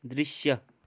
दृश्य